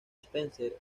spencer